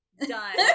done